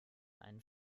einen